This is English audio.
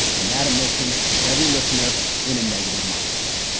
and that admission puts every listener in a negative mindset.